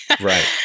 Right